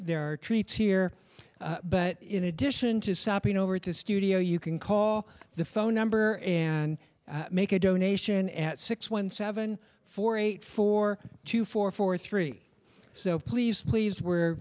there are treats here but in addition to stopping over to studio you can call the phone number and make a donation at six one seven four eight four two four four three so please please where